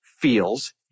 feels